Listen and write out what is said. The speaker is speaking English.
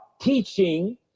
teaching